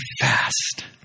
fast